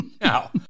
Now